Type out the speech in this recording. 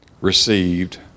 received